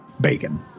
bacon